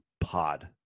pod